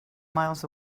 miles